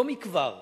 לא מכבר אמר,